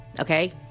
Okay